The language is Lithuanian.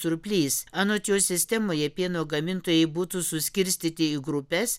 surplys anot jo sistemoje pieno gamintojai būtų suskirstyti į grupes